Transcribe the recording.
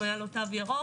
אם היה לו תו ירוק,